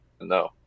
No